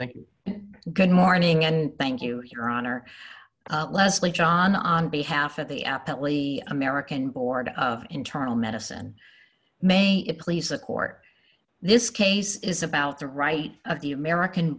but good morning and thank you your honor lesley john on behalf of the aptly american board of internal medicine may it please the court this case is about the right of the american